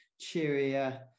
cheerier